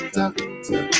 doctor